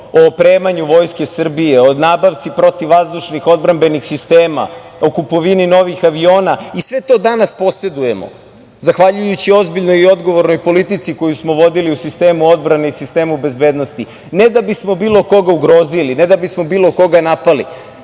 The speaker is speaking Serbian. o opremanju Vojske Srbije, o nabavci protivvazdušnih odbrambenih sistema, o kupovini novih aviona. Sve to danas posedujemo zahvaljujući ozbiljnoj i odgovornoj politici koju smo vodili u sistemu odbrane i sistemu bezbednosti. Ne da bismo bilo koga ugrozili, ne da bismo bilo koga napali,